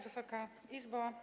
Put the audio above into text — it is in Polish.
Wysoka Izbo!